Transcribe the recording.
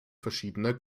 verschiedener